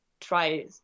try